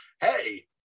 hey